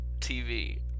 TV